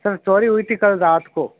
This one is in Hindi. सर चोरी हुई थी कल रात को